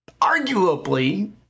arguably